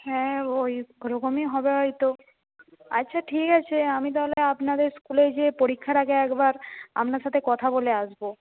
হ্যাঁ ওই ওরকমই হবে হয়তো আচ্ছা ঠিক আছে আমি তাহলে আপনাদের স্কুলে যেয়ে পরীক্ষার আগে একবার আপনার সাথে কথা বলে আসবো